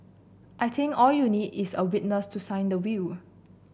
I think all you need is a witness to sign the will